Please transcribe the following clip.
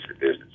business